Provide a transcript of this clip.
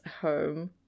home